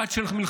יעד של מלחמה,